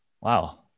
Wow